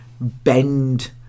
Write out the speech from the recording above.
bend